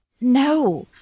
no